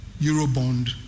eurobond